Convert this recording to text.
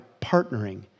partnering